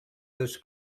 this